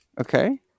Okay